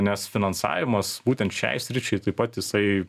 nes finansavimas būtent šiai sričiai taip pat jisai